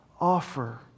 offer